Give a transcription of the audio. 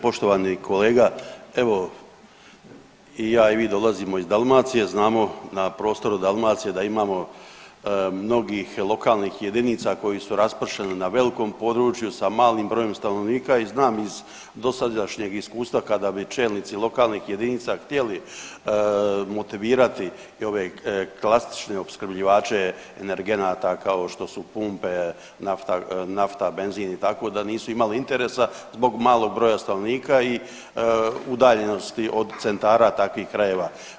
Poštovani kolega, evo i ja i vi dolazimo iz Dalmacije, znamo na prostoru Dalmacije da imamo mnogih lokalnih jedinica koje su raspršene na velikom području sa malim brojem stanovnika i znam iz dosadašnjeg iskustva kada bi čelnici lokalnih jedinica htjeli motivirati i ove klasične opskrbljivače energenata kao što su pumpe, nafta, nafta, benzin i tako da nisu imali interesa zbog malog broja stanovnika i udaljenosti od centara takvih krajeva.